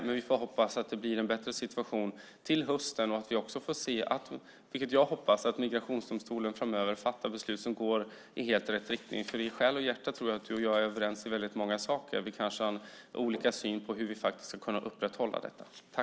Men vi får hoppas att det blir en bättre situation till hösten och också att migrationsdomstolarna framöver fattar beslut som går i helt rätt riktning. I själ och hjärta tror jag nämligen att du och jag, Bodil, är överens om väldigt många saker, även om vi kanske har olika syn på hur vi faktiskt ska kunna upprätthålla detta.